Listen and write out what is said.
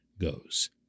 goes